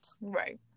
Right